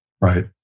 Right